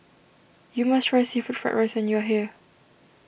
you must try Seafood Fried Rice when you are here